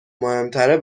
مهمتره